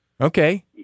Okay